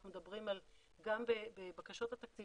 אנחנו מדברים על גם בבקשות התקציביות